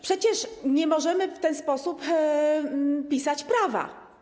Przecież nie możemy w ten sposób pisać prawa.